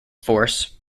force